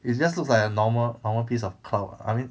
it just looks like a normal normal piece of cloud I mean